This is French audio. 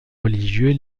religieux